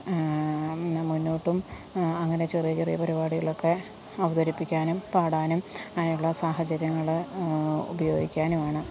ന മുന്നോട്ടും അങ്ങനെ ചെറിയ ചെറിയ പരിപാടികളൊക്കെ അവതരിപ്പിക്കാനും പാടാനും ആയുള്ള സാഹചര്യങ്ങൾ ഉപയോഗിക്കാനുമാണ്